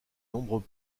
nombreux